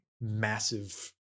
massive